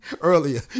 Earlier